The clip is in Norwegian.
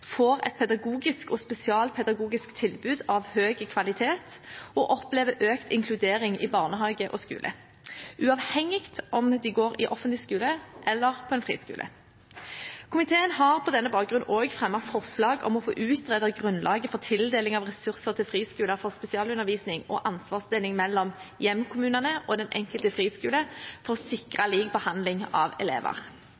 får et pedagogisk og spesialpedagogisk tilbud av høy kvalitet og opplever økt inkludering i barnehage og skole, uavhengig av om de går på en offentlig skole eller en friskole. Komiteen har på denne bakgrunn fremmet forslag om å få utredet grunnlaget for tildeling av ressurser til friskoler for spesialundervisning og ansvarsdeling mellom hjemkommune og den enkelte friskole for å sikre